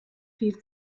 viel